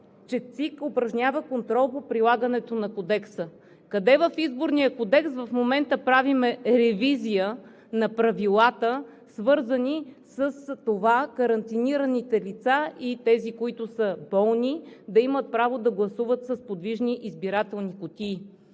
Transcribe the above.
комисия упражнява контрол по прилагането на Кодекса. Къде в Изборния кодекс в момента правим ревизия на правилата, свързани с това карантинираните лица и тези, които са болни, да имат право да гласуват с подвижни избирателни кутии?